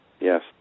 Yes